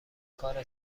کار